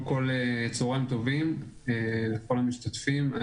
צהריים טובים לכל המשתתפים.